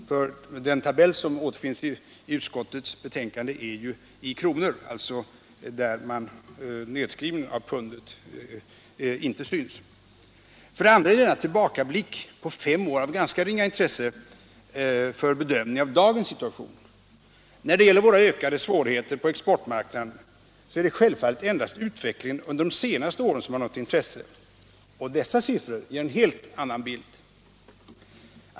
Den tabell som återfinns i utskottets betänkande anger värdena i kronor, där nedskrivningen av pundet inte syns. För det andra är denna tillbakablick på fem år av ganska ringa intresse för bedömningen av dagens situation. När det gäller våra ökade svårigheter på exportmarknaden är det självfallet endast utvecklingen under de senaste åren som har något intresse, och dessa siffror ger en helt annan bild.